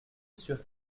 sur